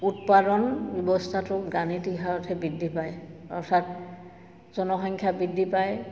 উৎপাদন ব্যৱস্থাটো গাণিতিক হাৰতহে বৃদ্ধি পায় অৰ্থাৎ জনসংখ্যা বৃদ্ধি পায়